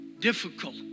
Difficult